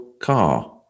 car